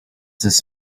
this